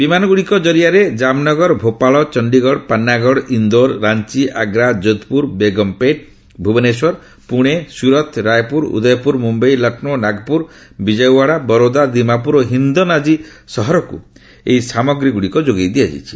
ବିମାନଗୁଡ଼ିକ ଜରିଆରେ ଜାମ୍ନଗର ଭୋପାଳ ଚଣ୍ଡିଗଡ଼ ପାନ୍ନାଗଡ଼ ଇନ୍ଦୋର ରାଞ୍ଚ ଆଗ୍ରା ଯୋଧପୁର ବେଗମ୍ପେଟ୍ ଭୁବନେଶ୍ୱର ପୁଣେ ସୁରତ୍ ରାୟପୁର ଉଦୟପୁର ମୁମ୍ବାଇ ଲକ୍ଷ୍ରୌ ନାଗପୁର ବିଜୟୱାଡ଼ା ବରୋଦା ଦିମାପୁର ଓ ହିନ୍ଦନ୍ ଆଦି ସହରକୁ ଏହି ସାମଗ୍ରୀଗୁଡ଼ିକ ଯୋଗାଇ ଦିଆଯାଇଛି